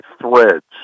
threads